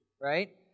right